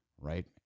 right